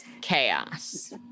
chaos